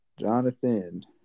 Jonathan